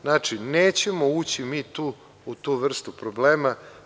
Znači, nećemo ući mi u tu vrstu problema.